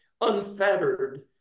unfettered